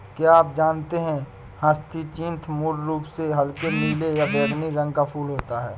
क्या आप जानते है ह्यचीन्थ मूल रूप से हल्के नीले या बैंगनी रंग का फूल होता है